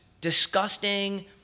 disgusting